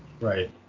Right